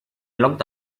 locked